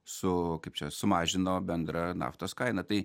su kaip čia sumažino bendrą naftos kainą tai